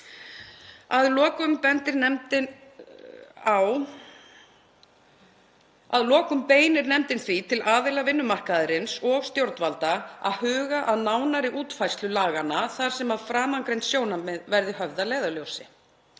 Að lokum beinir nefndin því til aðila vinnumarkaðarins og stjórnvalda að huga að nánari útfærslu laganna þar sem framangreind sjónarmið verði höfð að leiðarljósi.